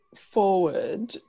forward